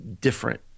different